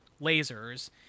lasers